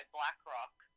BlackRock